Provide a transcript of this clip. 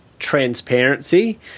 transparency